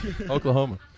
Oklahoma